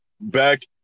back